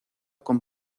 con